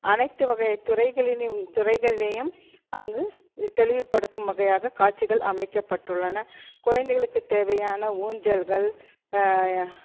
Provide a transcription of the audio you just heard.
அனைத்து வகை துறைகளிலியும் துறைகள்லியும் அங்கு தெளிவுப்படுத்தும் வகையாக காட்சிகள் அமைக்கப்பட்டுள்ளன குழந்தைகளுக்கு தேவையான ஊஞ்சல்கள்